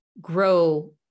grow